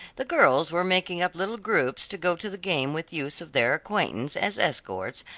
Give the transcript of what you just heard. the girls were making up little groups to go to the game with youths of their acquaintance as escorts,